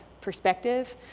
perspective